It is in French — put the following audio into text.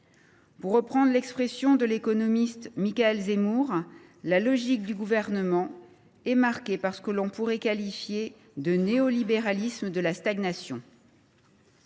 Pour reprendre l’expression de l’économiste Michaël Zemmour, la logique du Gouvernement est marquée par ce que l’on pourrait qualifier de « néolibéralisme de la stagnation